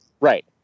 Right